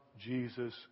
Jesus